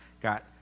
got